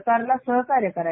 सरकारला सहकार्य करा